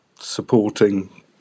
supporting